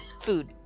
food